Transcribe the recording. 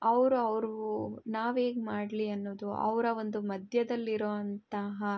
ಅವ್ರ ಅವರು ನಾವ್ಹೇಗ್ ಮಾಡಲಿ ಅನ್ನೋದು ಅವರ ಒಂದು ಮಧ್ಯದಲ್ ಇರೋ ಅಂತಹ